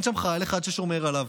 אין שם חייל אחד ששומר עליו.